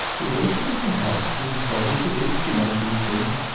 the daughters of the house, whose province it is to make these things,